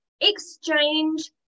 exchange